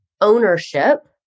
ownership